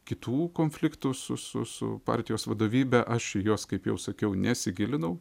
kitų konfliktų su su su partijos vadovybe aš į juos kaip jau sakiau nesigilinau